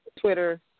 Twitter